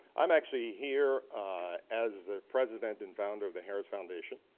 i'm actually here as the president and founder of the harris foundation.